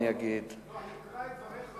אני אקרא את דבריך,